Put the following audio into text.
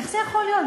איך זה יכול להיות?